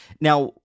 now